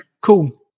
cool